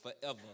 forever